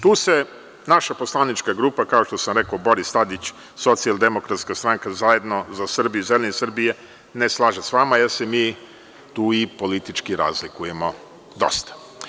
Tu se naša poslanička grupa, kao što sam rekao, Boris Tadić Socijaldemokratska stranka-Zajedno za Srbiju-Zeleni Srbije ne slaže sa vama, jer se mi tu i politički razlikujemo dosta.